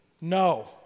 No